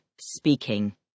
speaking